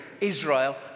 Israel